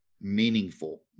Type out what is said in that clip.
meaningful